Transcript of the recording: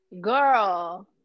Girl